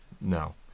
no